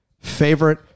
favorite